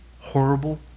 horrible